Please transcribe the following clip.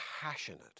passionate